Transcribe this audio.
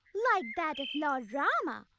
like that of lord rama,